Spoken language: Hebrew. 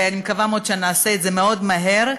ואני מקווה מאוד שנעשה את זה מאוד מהר,